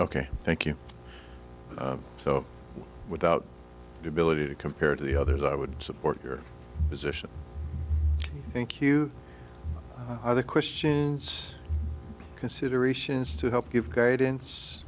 ok thank you so without the ability to compare to the others i would support your position thank you other questions considerations to help give guidance